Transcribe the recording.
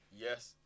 Yes